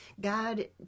God